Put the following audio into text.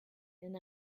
and